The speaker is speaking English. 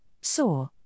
saw